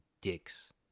dicks